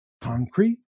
concrete